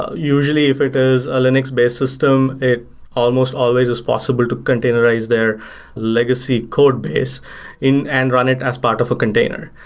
ah usually if it is a linux-based system, it almost always is possible to containerize their legacy code base and run it as part of a container.